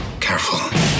Careful